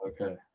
Okay